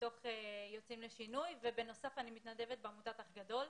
מתוך עמותת יוצאים לשינוי ובנוסף אני מתנדבת בעמותת אח גדול.